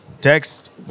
text